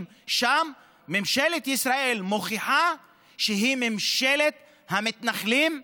שם ממשלת ישראל מוכיחה שהיא ממשלת המתנחלים,